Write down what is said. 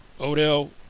Odell